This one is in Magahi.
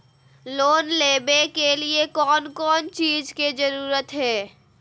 लोन लेबे के लिए कौन कौन चीज के जरूरत है?